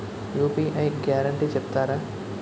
UPI guarantee చెప్తారా?